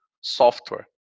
software